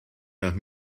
nach